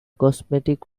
cosmetic